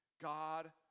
God